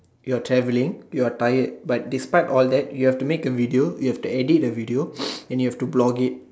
you are traveling you are tired but to despite all that you have to make a video you have to edit the video and you have to blog